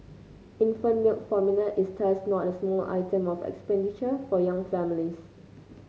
infant milk formula is thus not a small item of expenditure for young families